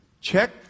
Check